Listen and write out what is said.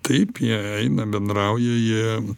taip jie eina bendrauja jie